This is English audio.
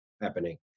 happening